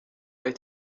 est